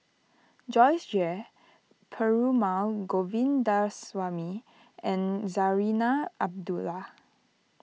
Joyce Jue Perumal Govindaswamy and Zarinah Abdullah